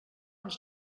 ens